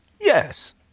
Yes